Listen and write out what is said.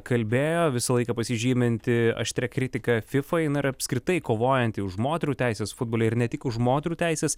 kalbėjo visą laiką pasižyminti aštria kritika fifai na ir apskritai kovojanti už moterų teises futbole ir ne tik už moterų teises